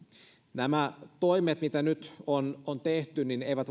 nämä toimet mitä nyt on on tehty eivät